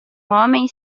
homem